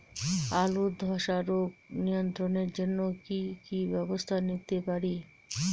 আলুর ধ্বসা রোগ নিয়ন্ত্রণের জন্য কি কি ব্যবস্থা নিতে পারি?